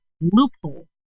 loophole